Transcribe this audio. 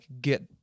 get